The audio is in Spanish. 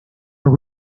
dos